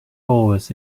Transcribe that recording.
always